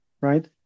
Right